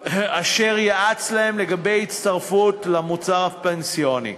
אשר ייעץ להם לגבי הצטרפות למוצר הפנסיוני,